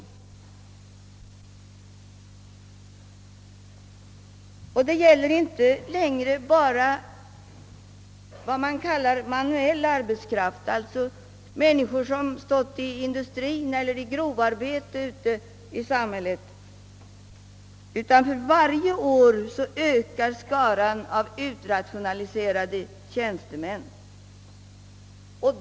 Det gäller inte längre bara vad man kallar manuell arbetskraft, alltså människor som stått i industrien eller i grovarbete ute i samhället, utan varje år ökas skaran av utrationaliserade tjänstemän.